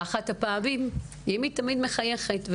שאמי תמיד מחייכת.